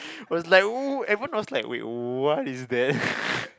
was like everyone was like wait what is that